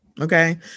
Okay